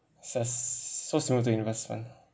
investment